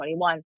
2021